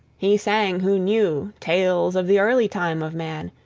he sang who knew tales of the early time of man,